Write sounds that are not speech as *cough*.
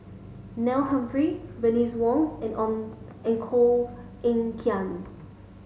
Neil Humphreys Bernice Wong and *unintelligible* and Koh Eng Kian